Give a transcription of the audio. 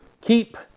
keep